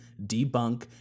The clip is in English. debunk